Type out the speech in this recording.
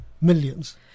millions